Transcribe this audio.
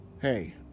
Hey